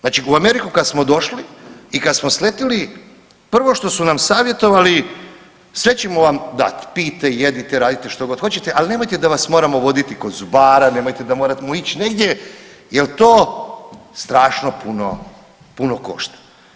Znači u Ameriku kad smo došli i kad smo sletili prvo što su nam savjetovali, sve ćemo vam dat, pijte, jedite, radite što god hoćete, ali nemojte da vas moramo voditi kod zubara, nemojte da moramo ići negdje jer to strašno puno košta.